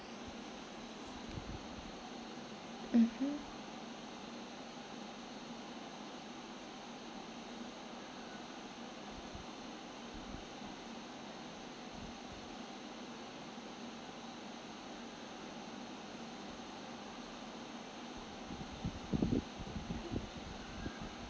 mmhmm